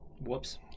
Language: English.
whoops